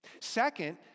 Second